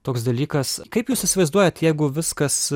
toks dalykas kaip jūs įsivaizduojat jeigu viskas